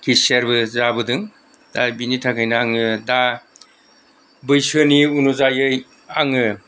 केशियारबो जाबोदों दा बिनि थाखायनो आङो दा बैसोनि अनुजायै आङो